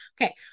Okay